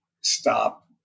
stop